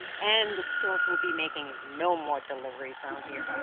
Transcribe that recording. and the stork will be making no more deliveries around here.